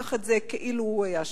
ייקח את זה כאילו הוא היה שם.